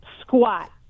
squat